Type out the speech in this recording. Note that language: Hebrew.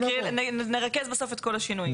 או שנרכז בסוף את כל השינויים.